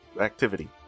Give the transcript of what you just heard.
activity